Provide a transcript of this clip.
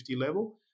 level